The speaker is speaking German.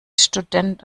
student